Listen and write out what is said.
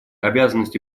обязанности